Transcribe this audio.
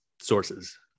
sources